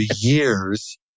years